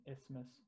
Isthmus